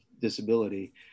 disability